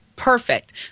Perfect